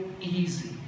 easy